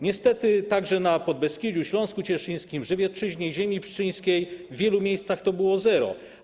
Niestety także na Podbeskidziu, Śląsku Cieszyńskim, Żywiecczyźnie i Ziemi Pszczyńskiej w wielu miejscach to było zero.